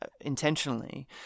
intentionally